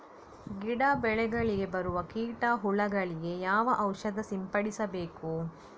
ಗಿಡ, ಬೆಳೆಗಳಿಗೆ ಬರುವ ಕೀಟ, ಹುಳಗಳಿಗೆ ಯಾವ ಔಷಧ ಸಿಂಪಡಿಸಬೇಕು?